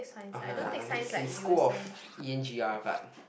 ah like it's in school of E N G R but